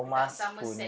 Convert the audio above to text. dekat somerset